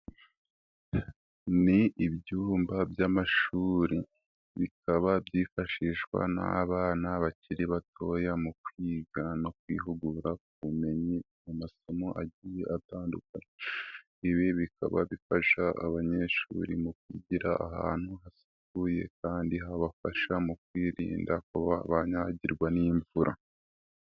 Ni ibyumba by'amashuri, bikaba byifashishwa n'abana bakiri batoya mu kwiga no kwihugura ku bumenyi mu masomo agiye atandukanye, ibi bikaba bifasha abanyeshuri mu kwigira ahantu hasukuye kandi habafasha mu kwirinda kuba banyagirwa n'imvura.